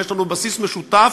יש לנו בסיס משותף,